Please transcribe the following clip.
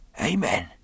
Amen